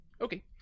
okay